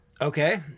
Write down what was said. Okay